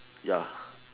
ya